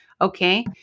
Okay